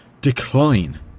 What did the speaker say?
decline